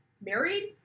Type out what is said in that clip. married